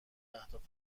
اهداف